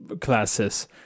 classes